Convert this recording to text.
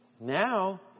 Now